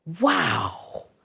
wow